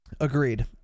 Agreed